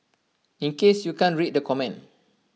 in case you can't read the comment